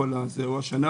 והשנה